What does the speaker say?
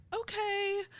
okay